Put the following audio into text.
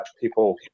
people